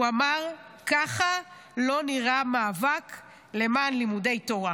הוא אמר: ככה לא נראה מאבק למען לימודי תורה,